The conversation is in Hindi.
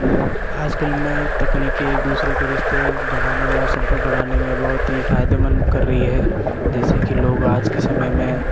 आज कल में तकनीकी एक दूसरे के रिश्ते बनाने में और संपर्क बढ़ाने में बहुत ही फ़ायदेमंद कर रही है जैसे कि लोग आज के समय में